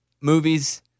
movies